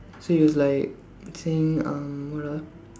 so he was like saying uh what ah